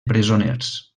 presoners